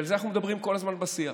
על זה אנחנו מדברים כל הזמן בשיח.